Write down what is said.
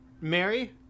Mary